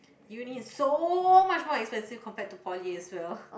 uni is so much more expensive compared to poly as well